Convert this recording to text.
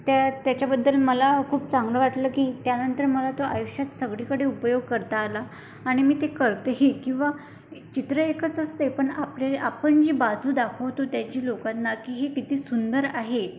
त्या त्याच्याबद्दल मला खूप चांगलं वाटलं की त्यानंतर मला तो आयुष्यात सगळीकडे उपयोग करता आला आणि मी ते करत हे किंवा चित्र एकच असते पण आपल्याला आपण जी बाजू दाखवतो त्याची लोकांना की हे किती सुंदर आहे